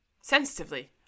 sensitively